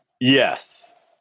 Yes